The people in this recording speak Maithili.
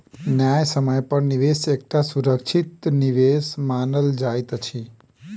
न्यायसम्य पर निवेश एकटा सुरक्षित निवेश मानल जाइत अछि